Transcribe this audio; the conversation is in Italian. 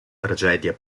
tragedia